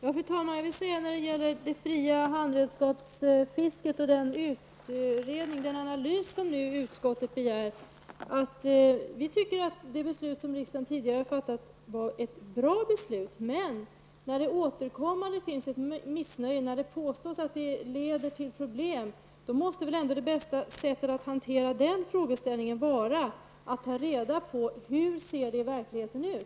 Fru talman! Beträffande frågan om det fria handredskapsfisket och den analys som utskottet nu begär vill jag säga att vi tycker att det av riksdagen tidigare fattade beslutet var bra. Men när det finns ett återkommande missnöje och det påstås att beslutet leder till problem, måste väl ändå det bästa sättet att hantera den saken vara att ta reda på hur det ser ut i verkligheten.